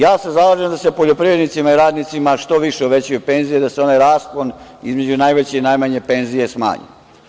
Ja se zalažem da se poljoprivrednicima i radnicima, što više uvećaju penzije, da se onaj raspon između najveće i najmanje penzije smanji.